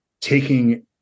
taking